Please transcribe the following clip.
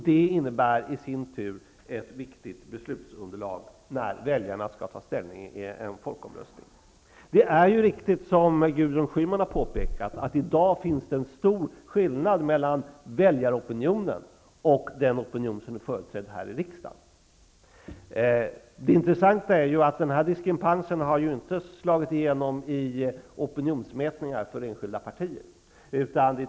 Det innebär i sin tur ett viktigt beslutsunderlag när väljarna skall ta ställning i en folkomröstning. Det är riktigt, som Gudrun Schyman har påpekat, att det i dag finns en stor skillnad mellan väljaropinionen och den opinion som är företrädd här i riksdagen. Det intressanta är att denna diskrepans inte har slagit igenom i opinionsmätningar för enskilda partier.